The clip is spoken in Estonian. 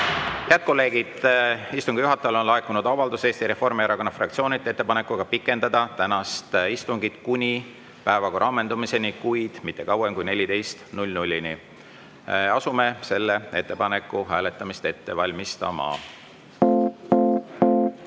kolleegid, istungi juhatajale on laekunud Eesti Reformierakonna fraktsioonilt avaldus ettepanekuga pikendada tänast istungit kuni päevakorra ammendumiseni, kuid mitte kauem kui kella 14‑ni. Asume selle ettepaneku hääletamist ette valmistama.